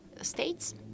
states